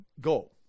go